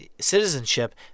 citizenship